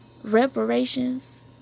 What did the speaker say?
reparations